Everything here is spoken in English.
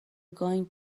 going